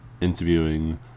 interviewing